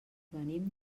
venim